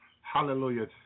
Hallelujah